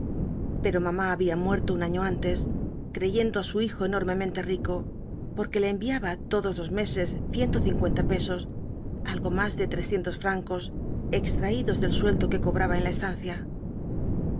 pero mamá había muerto un año antes creyendo á su hijo enormemente rico porque le enviaba todos los meses ciento cincuenta pesos algo más de trescientos francos extraídos del sueldo que cobraba en la estancia